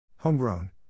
homegrown